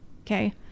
okay